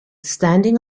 standing